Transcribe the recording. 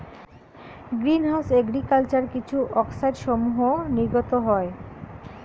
green house agriculture কিছু অক্সাইডসমূহ নির্গত হয়